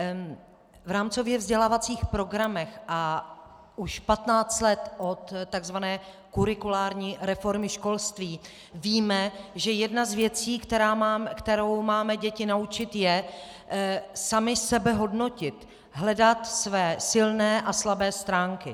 V rámcově vzdělávacích programech už patnáct let od takzvané kurikulární reformy školství víme, že jedna z věcí, kterou máme děti naučit, je sami sebe hodnotit, hledat své silné a slabé stránky.